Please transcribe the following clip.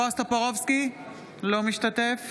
אינו משתתף